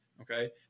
Okay